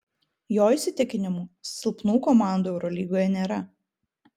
jo įsitikinimu silpnų komandų eurolygoje nėra